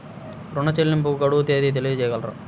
ఋణ చెల్లింపుకు గడువు తేదీ తెలియచేయగలరా?